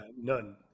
None